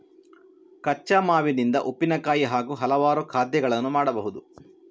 ಕಚ್ಚಾ ಮಾವಿನಿಂದ ಉಪ್ಪಿನಕಾಯಿ ಹಾಗೂ ಹಲವಾರು ಖಾದ್ಯಗಳನ್ನು ಮಾಡಬಹುದು